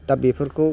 दा बेफोरखौ